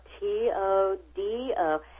T-O-D-O